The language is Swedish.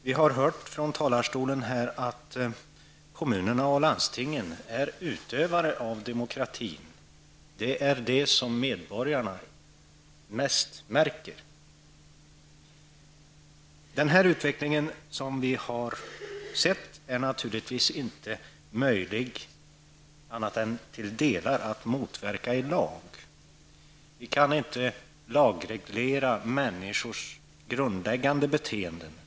Vi har från talarstolen hört att kommunerna och landstingen är utövare av demokratin; de är de som medborgarna mest märker. Den utveckling som vi har sett är naturligtvis inte möjlig att motverka i lag annat än till dels. Vi kan inte lagreglera människors grundläggande beteenden.